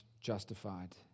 justified